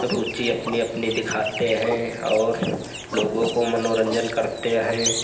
रुचि अपनी अपनी दिखाते हैं और लोगों का मनोरन्जन करते हैं